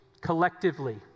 collectively